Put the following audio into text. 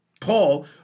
Paul